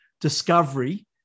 discovery